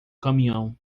caminhão